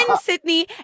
sydney